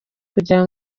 kugira